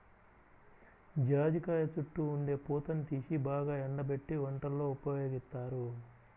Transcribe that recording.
జాజికాయ చుట్టూ ఉండే పూతని తీసి బాగా ఎండబెట్టి వంటల్లో ఉపయోగిత్తారు